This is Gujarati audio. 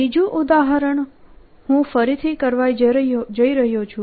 ત્રીજું ઉદાહરણ હું ફરીથી કરવા જઇ રહ્યો છું